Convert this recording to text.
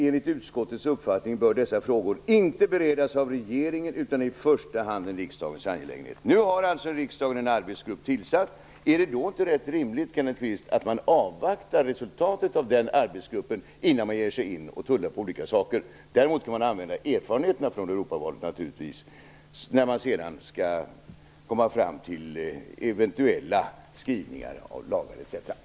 Enligt utskottets uppfattning bör dessa frågor inte beredas av regeringen utan är i första hand en riksdagens angelägenhet." Nu har alltså riksdagen fått en arbetsgrupp tillsatt. Är det då inte ganska rimligt, Kenneth Kvist, att man avvaktar resultatet av den arbetsgruppens arbete innan man ger sig in och tullar på olika saker? Däremot kan man naturligtvis använda erfarenheterna från Europavalet när man skall komma fram till eventuella skrivningar i lagar etc.